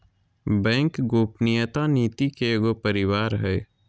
bank गोपनीयता नीति के एगो परिवार हइ